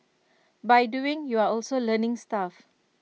by doing you're also learning stuff